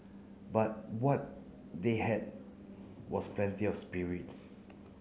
but what they had was plenty of spirit